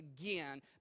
again